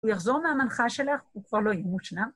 ‫הוא יחזור מהמנחה שלך, ‫הוא כבר לא יהיה מושלם.